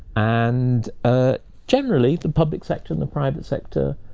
and ah generally the public sector and the private sector.